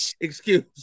Excuse